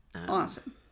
Awesome